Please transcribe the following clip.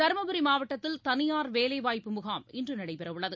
தரும்புரி மாவட்டத்தில் தனியார் வேலைவாய்ப்பு முகாம் இன்று நடைபெறவுள்ளது